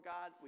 God